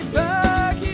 back